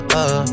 up